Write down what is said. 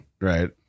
Right